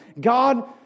God